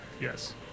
Yes